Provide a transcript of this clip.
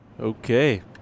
Okay